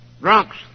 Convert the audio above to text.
drunks